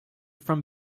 from